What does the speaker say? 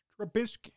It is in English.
Trubisky